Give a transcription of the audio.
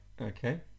okay